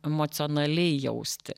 emocionaliai jausti